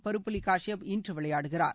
பாருபள்ளி கஷ்யப் இன்று விளையாடுகிறார்